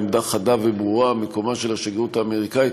היא עמדה חדה וברורה: מקומה של השגרירות האמריקנית,